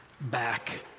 back